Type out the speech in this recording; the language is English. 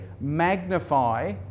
magnify